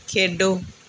ਖੇਡੋ